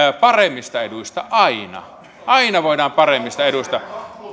paremmista eduista aina aina voidaan sopia paremmista eduista